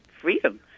freedom